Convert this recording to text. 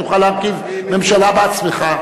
תוכל להרכיב ממשלה בעצמך?